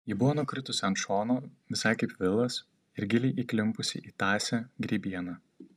ji buvo nukritusi ant šono visai kaip vilas ir giliai įklimpusi į tąsią grybieną